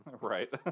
right